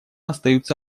остаются